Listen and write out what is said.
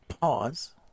pause